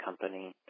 company